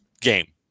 game